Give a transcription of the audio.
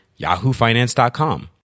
yahoofinance.com